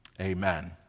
Amen